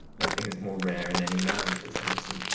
nothing is more rare in any man says emerson,